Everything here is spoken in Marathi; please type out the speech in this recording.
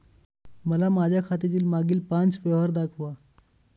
मला माझ्या खात्यातील मागील पांच व्यवहार दाखवा